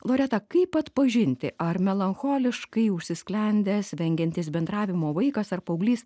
loreta kaip atpažinti ar melancholiškai užsisklendęs vengiantis bendravimo vaikas ar paauglys